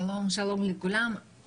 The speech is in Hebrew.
ישבו פה 18 איש בהתנדבות,